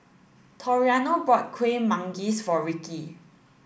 Toriano bought Kuih Manggis for Ricky